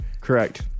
Correct